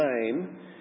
name